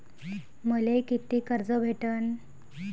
मले कितीक कर्ज भेटन?